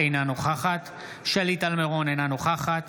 אינה נוכחת שלי טל מירון, אינה נוכחת